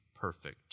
perfect